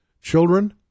Children